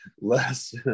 less